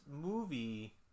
movie